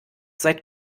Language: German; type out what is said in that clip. seit